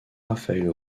raphaël